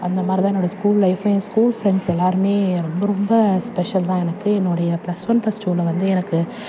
அந்த மாதிரி தான் என்னுடைய ஸ்கூல் லைஃப்பும் ஏன் ஸ்கூல் ஃப்ரெண்ட்ஸ் எல்லாருமே ரொம்ப ரொம்ப ஸ்பெஷல் தான் எனக்கு என்னுடைய ப்ளஸ் ஒன் ப்ளஸ் டூவில வந்து எனக்கு